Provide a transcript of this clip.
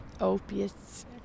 opiates